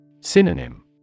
Synonym